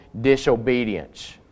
disobedience